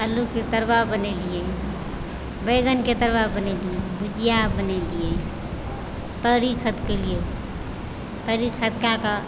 अल्लुके तरुआ बनेलियै बैगनके तरुआ बनेलियै भुजिया बनेलियै तरी खदकेलियै तरी खदकाके